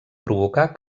provocar